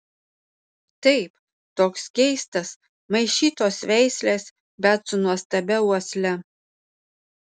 taip toks keistas maišytos veislės bet su nuostabia uosle